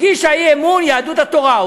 הגישה אי-אמון יהדות התורה.